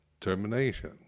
termination